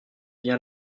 bien